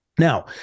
Now